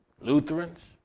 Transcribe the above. Lutherans